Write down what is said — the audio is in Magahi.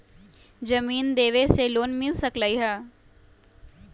जमीन देवे से लोन मिल सकलइ ह?